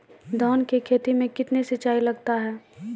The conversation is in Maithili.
धान की खेती मे कितने सिंचाई लगता है?